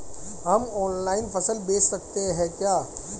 हम ऑनलाइन फसल बेच सकते हैं क्या?